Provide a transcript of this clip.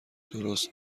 درست